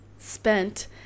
spent